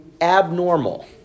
abnormal